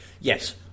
Yes